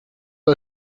the